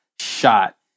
shot